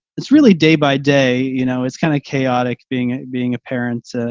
it's really day by day you know, it's kind of chaotic being being a parent,